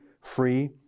free